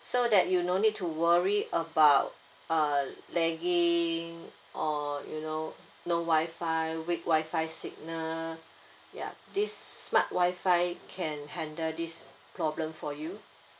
so that you no need to worry about uh lagging you know no Wi-Fi weak Wi-Fi signal ya this smart Wi-Fi can handle this problem for you